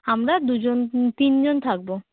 আমরা দুজন তিন জন থাকবো